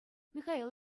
михаил